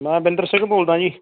ਮੈਂ ਬਿੰਦਰ ਸਿੰਘ ਬੋਲਦਾ ਜੀ